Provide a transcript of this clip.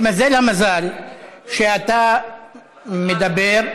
התמזל המזל שאתה מדבר,